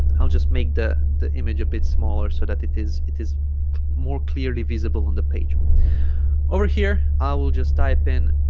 i'll just make the the image a bit smaller so that it is it is more clearly visible on the page over here i will just type in